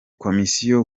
komisiyo